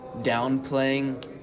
downplaying